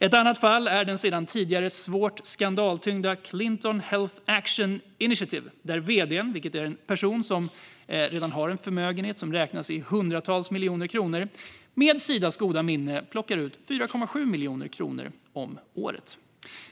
Ett annat fall är det sedan tidigare svårt skandaltyngda Clinton Health Access Initiative, där vd:n, en person med en förmögenhet som räknas i hundratals miljoner kronor, med Sidas goda minne plockar ut 4,7 miljoner kronor om året.